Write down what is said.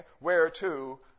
whereto